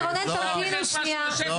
בושה וחרפה שהוא יושב פה.